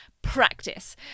practice